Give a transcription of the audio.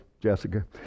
Jessica